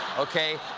okay.